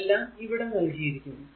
എല്ലാം ഇവിടെ നൽകിയിരിക്കുന്നു